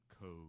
code